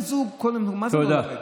תודה.